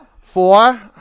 Four